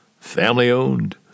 family-owned